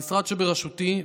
המשרד שבראשותי,